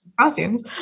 costumes